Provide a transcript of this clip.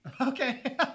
okay